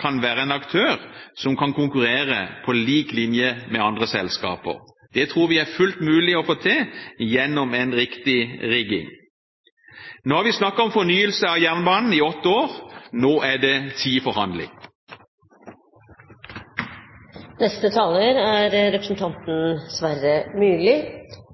kan være en aktør som kan konkurrere på lik linje med andre selskaper. Det tror vi er fullt mulig å få til gjennom en riktig rigging. Vi har snakket om fornyelse av jernbanen i åtte år. Nå er det tid for handling! Jeg synes ofte det er